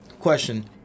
question